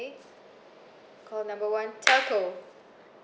okay call number one telco